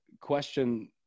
question